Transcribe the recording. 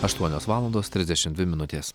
aštuonios valandos trisdešim dvi minutės